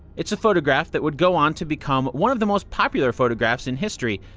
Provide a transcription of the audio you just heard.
it's a photograph that would go on to become one of the most popular photographs in history.